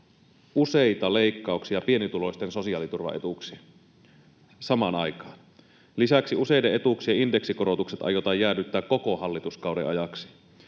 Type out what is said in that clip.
useita leikkauksia pienituloisten sosiaaliturvaetuuksiin samaan aikaan. Lisäksi useiden etuuksien indeksikorotukset aiotaan jäädyttää koko hallituskauden ajaksi.